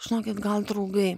žinokit gal draugai